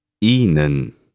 Ihnen